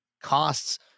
costs